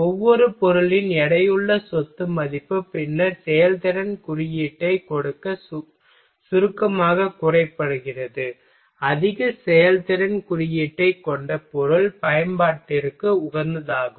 ஒவ்வொரு பொருளின் எடையுள்ள சொத்து மதிப்பு பின்னர் செயல்திறன் குறியீட்டைக் கொடுக்க சுருக்கமாகக் கூறப்படுகிறது அதிக செயல்திறன் குறியீட்டைக் கொண்ட பொருள் பயன்பாட்டிற்கு உகந்ததாகும்